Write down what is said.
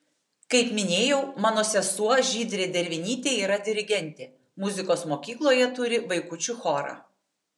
kaip minėjau mano sesuo žydrė dervinytė yra dirigentė muzikos mokykloje turi vaikučių chorą